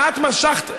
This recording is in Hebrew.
את משכת,